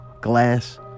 Glass